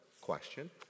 question